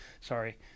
sorry